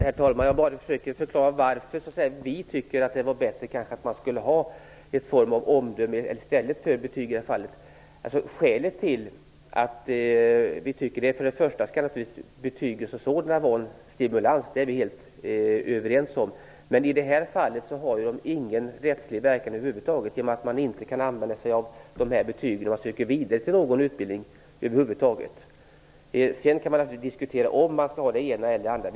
Herr talman! Jag försöker förklara varför vi tycker att det vore bättre att ge en form av omdöme i stället för betyg i detta fall. Betygen som sådana skall naturligtvis vara en stimulans. Det är vi helt överens om. Men i detta fall har de ingen rättslig verkan över huvud taget, eftersom man inte kan använda sig av dessa betyg när man söker vidare till någon utbildning. Man kan naturligtvis diskutera om man skall ha det ena eller det andra.